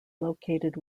located